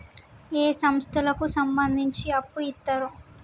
ఏ సంస్థలకు సంబంధించి అప్పు ఇత్తరు?